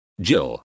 Jill